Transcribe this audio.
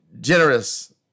generous